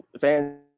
fans